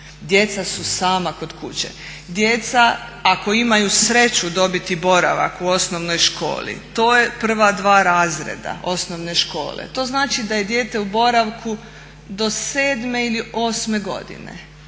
djeca su sama kod kuće. Djeca ako imaju sreću dobiti boravak u osnovnoj školi to je prva dva razreda osnovne škole, to znači da je dijete u boravku do 7 ili 8 godine